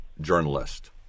journalist